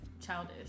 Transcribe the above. childish